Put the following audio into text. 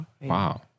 Wow